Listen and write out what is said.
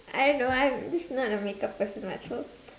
I don't know I'm just not a make up person [what] so